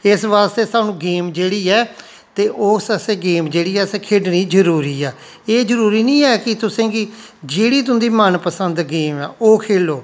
इस बास्तै सानू गेम जेह्ड़ी ऐ ते ओह् असें गेम जेह्ड़ी ऐ असें खेढने जरूरी ऐ एह् जरूरी नी ऐ कि तुसेंगी जेह्ड़ी तुं'दी मनपसंद गेम ऐ ओह् खेलो